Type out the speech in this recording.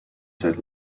set